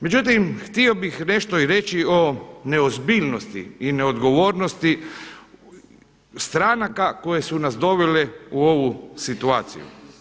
Međutim, htio bih nešto i reći o neozbiljnosti i neodgovornosti stranka koje su nas dovele u ovu situaciju.